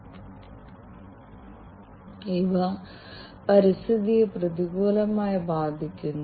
gas നിരീക്ഷണത്തിന്റെ വളരെ ചെറിയ ഒരു പ്രയോഗം നമുക്ക് നോക്കാം